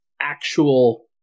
actual